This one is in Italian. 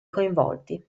coinvolti